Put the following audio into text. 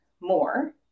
more